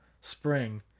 spring